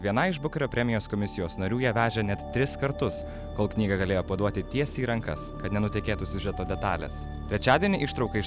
vienai iš bukerio premijos komisijos narių ją vežė net tris kartus kol knygą galėjo paduoti tiesiai į rankas kad nenutekėtų siužeto detalės trečiadienį ištrauka iš